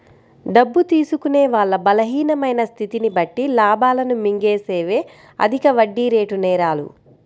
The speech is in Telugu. డబ్బు తీసుకునే వాళ్ళ బలహీనమైన స్థితిని బట్టి లాభాలను మింగేసేవే అధిక వడ్డీరేటు నేరాలు